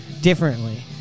differently